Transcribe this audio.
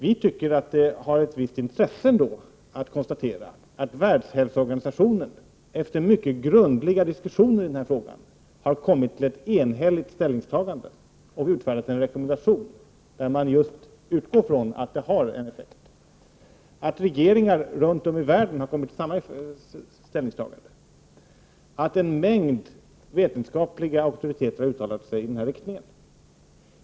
Vi tycker att det ändå har ett visst intresse att konstatera att Världshälsoorganisationen efter mycket grundliga diskussioner i den här frågan har kommit fram till ett enhälligt ställningstagande och utfärdat en rekommendation, där man just utgår från att det har en effekt, att regeringar runt om i världen har kommit till samma ställningstagande och att en mängd vetenskapliga auktoriteter har uttalat sig i den här riktningen.